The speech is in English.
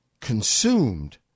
consumed